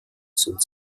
sind